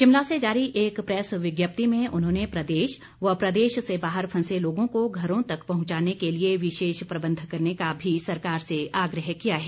शिमला से जारी एक प्रेस विज्ञप्ति में उन्होंने प्रदेश व प्रदेश से बाहर फंसे लोगों को घरों तक पहुंचाने के लिए विशेष प्रबंध करने का भी सरकार से आग्रह किया है